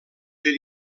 per